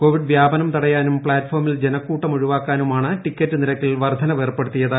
Covid വ്യാപനം തടയാനും പ്താറ്റ്ഫോമിൽ ജനക്കൂട്ടം ഒഴിവാക്കാനുമാണ് ടിക്കറ്റ് നിരക്കിൽ വർദ്ധനവ് ഏർപ്പെടുത്തിയത്